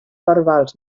verbals